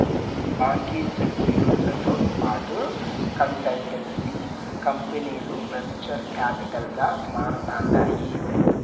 బాంకీ సెక్యూరీలతో పాటు కన్సల్టెన్సీ కంపనీలు వెంచర్ కాపిటల్ గా మారతాండాయి